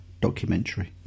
documentary